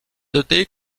donner